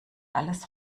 alles